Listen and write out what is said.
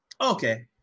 Okay